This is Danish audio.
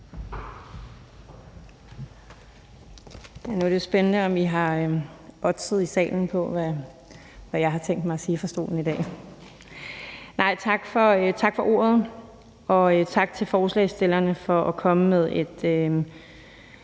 Nu er det spændende, om I i salen har oddset på, hvad jeg har tænkt mig at sige fra stolen i dag. Tak for ordet, og tak til forslagsstillerne for at komme med et